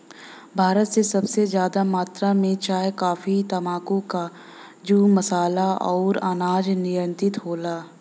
भारत से सबसे जादा मात्रा मे चाय, काफी, तम्बाकू, काजू, मसाला अउर अनाज निर्यात होला